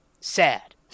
sad